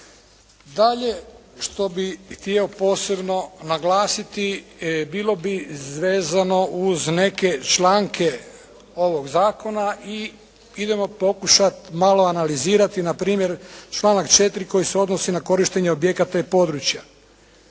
Dalje, što bih htio posebno naglasiti bilo bi vezano uz neke članke ovog zakona i idemo pokušati malo analizirati npr. članak 4. koji je odnosi na korištenje objekata i područja.